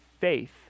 faith